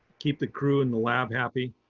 keep the crew in the lab happy.